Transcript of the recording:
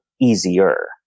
easier